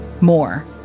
More